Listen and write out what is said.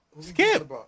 Skip